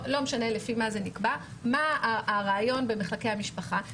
מה הרעיון במחלקי משפחה?